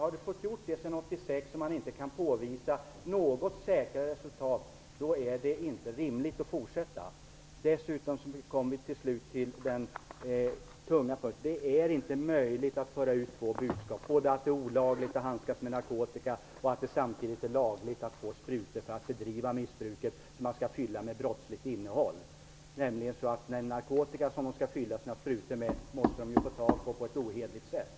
Har man inte sedan 1986 kunnat påvisa säkra resultat är det inte rimligt att fortsätta. Slutligen: Det är inte möjligt att föra ut två budskap - att det är olagligt att handskas med narkotika och att det samtidigt är lagligt att få sprutor för att bedriva missbruk som skall fyllas med brottsligt innehåll. Den narkotika som man skall fylla sina sprutor med måste man ju få tag i på ett ohederligt sätt.